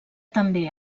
també